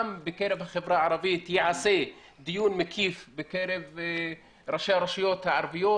גם בקרב החברה הערבית ייעשה דיון מקיף בקרב ראשי הרשויות הערביות,